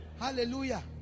Hallelujah